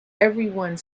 everyone